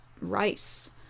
rice